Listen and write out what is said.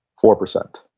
four percent.